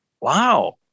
wow